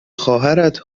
خواهرت